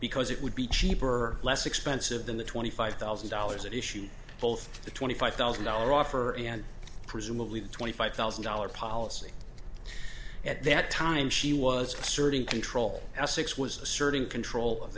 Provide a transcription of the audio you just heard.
because it would be cheaper or less expensive than the twenty five thousand dollars issue both the twenty five thousand dollars offer and presumably the twenty five thousand dollars policy at that time she was asserting control essex was asserting control of